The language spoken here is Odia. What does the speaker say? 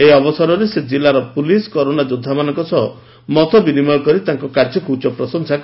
ଏ ଅବସରରେ ସେ ଜିଲ୍ଲାର ପୋଲିସ କୋରନା ଯୋବ୍ବାମାନଙ୍କ ସହ ମତ ବିନିମୟ କରି ତାଙ୍କ କାର୍ଯ୍ୟକୁ ପ୍ରଶଂସା କରିଥିଲେ